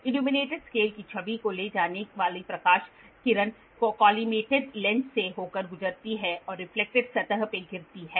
illuminated scale की छवि को ले जाने वाली प्रकाश किरण कोलाइमेटेड लेंस से होकर गुजरती है और रिफ्लेक्टेड सतह में गिरती है